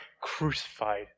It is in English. crucified